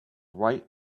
right